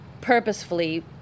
purposefully